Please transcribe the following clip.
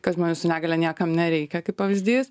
kad žmonių su negalia niekam nereikia kaip pavyzdys